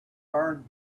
burned